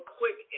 quick